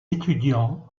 étudiants